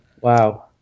Wow